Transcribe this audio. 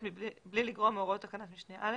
בלי לגרוע מהוראות תקנת משנה (א),